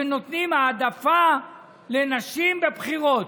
שנותנים העדפה לנשים בבחירות?